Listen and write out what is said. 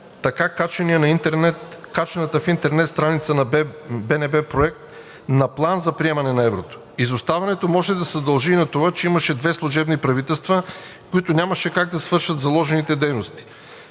така качения на интернет страницата на БНБ Проект на план за приемане на еврото. Изоставането може да се дължи и на това, че имаше две служебни правителства, които нямаше как да свършат заложените дейности.